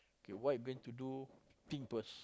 okay what you going to do think first